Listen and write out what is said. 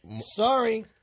Sorry